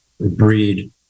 breed